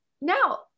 now